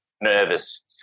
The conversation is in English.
nervous